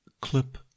clip